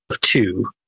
two